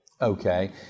Okay